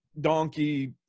donkey